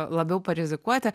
labiau parizikuoti